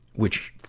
which,